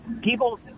people